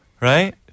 right